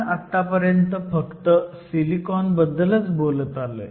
आपण आत्तापर्यंत फक्त सिलिकॉन बद्दलच बोलत आलोय